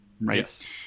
Right